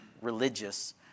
religious